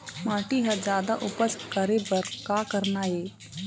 माटी म जादा उपज करे बर का करना ये?